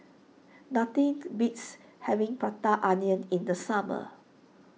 nothing beats having Prata Onion in the summer